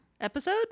episode